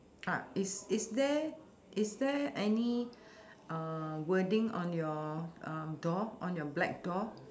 uh is is there is there any uh wording on your um door on your black door